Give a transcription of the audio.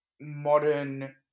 modern